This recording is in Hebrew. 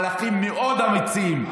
מהלכים מאוד אמיצים.